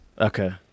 Okay